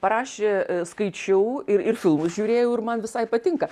parašė skaičiau ir ir filmus žiūrėjau ir man visai patinka